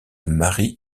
marie